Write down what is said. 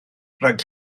rhag